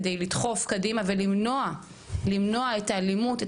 כדי לדחוף קדימה וכדי למנוע את האלימות,